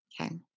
Okay